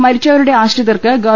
മരിച്ചവരുടെ ആശ്രി തർക്ക് ഗവ